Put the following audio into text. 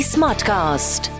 Smartcast